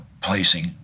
placing